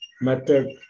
method